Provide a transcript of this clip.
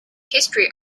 history